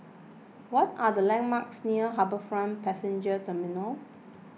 what are the landmarks near HarbourFront Passenger Terminal